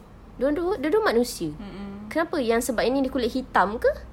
dua-dua dua-dua manusia kenapa yang sebab ini kulit hitam ke